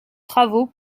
travaux